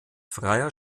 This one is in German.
freier